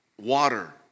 Water